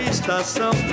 Estação